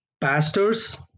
pastors